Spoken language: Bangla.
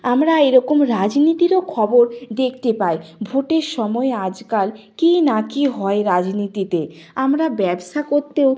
আমরা এরকম রাজনীতিরও খবর দেখতে পাই ভোটের সময় আজকাল কী না কী হয় রাজনীতিতে আমরা ব্যবসা করতেও